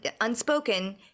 unspoken